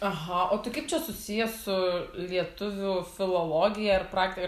aha o tai kaip čia susiję su lietuvių filologija ir praktika